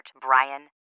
Brian